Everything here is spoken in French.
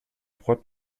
trois